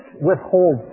withhold